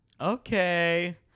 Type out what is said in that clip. Okay